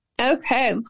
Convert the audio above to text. okay